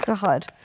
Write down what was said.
God